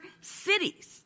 cities